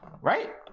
Right